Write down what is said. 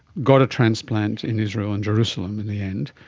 got a transplant in israel and jerusalem in the end,